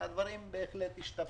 אז הדברים בהחלט השתפרו.